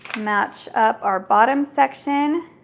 match up our bottom section